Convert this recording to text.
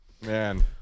Man